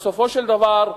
בסופו של דבר,